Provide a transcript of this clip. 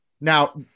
now